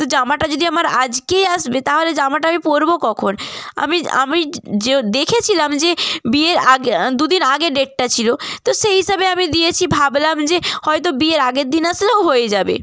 তো জামাটা যদি আমার আজকেই আসবে তাহলে জামাটা আমি পরবো কখন আমি আমি যে দেখেছিলাম যে বিয়ের আগে দু দিন আগে ডেটটা ছিলো তো সেই হিসাবে আমি দিয়েছি ভাবলাম যে হয়তো বিয়ের আগের দিন আসলেও হয়ে যাবে